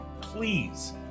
Please